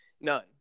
None